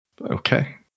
Okay